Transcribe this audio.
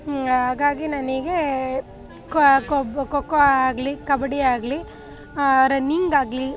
ಹಾಗಾಗಿ ನನಗೆ ಖೋ ಕೊಬ್ಬು ಖೋಖೋ ಆಗಲಿ ಕಬಡ್ಡಿ ಆಗಲಿ ರನ್ನಿಂಗ್ ಆಗಲಿ